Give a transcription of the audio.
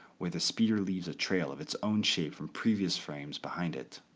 where the speeder leaves a trail of its own shape from previous frames behind it.